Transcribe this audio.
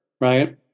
right